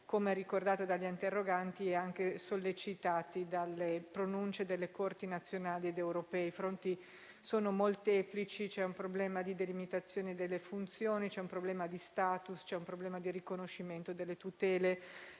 come ricordate dagli interroganti e sollecitate dalle pronunce delle corti nazionali ed europee. I fronti sono molteplici: c'è un problema di delimitazione delle funzioni; c'è un problema di *status*; c'è un problema di riconoscimento delle tutele